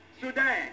Sudan